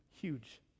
huge